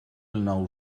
nou